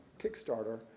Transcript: Kickstarter